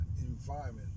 environment